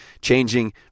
changing